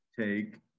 take